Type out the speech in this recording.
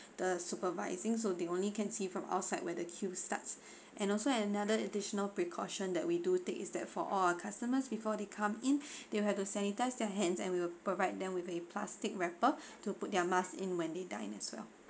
the supervising so they only can see from outside where the queue stuck and also had another additional precautions that we do take is that for all customers before they come in they will have to sanitize their hands and we will provide them with a plastic wrapper to put their mask in when they dine as well